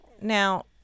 now